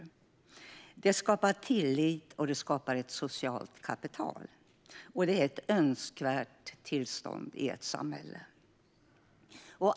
Alla de olika delarna skapar tillit och ett socialt kapital, vilket är önskvärt i ett samhälle.